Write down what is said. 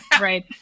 Right